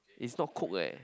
it's not cooked eh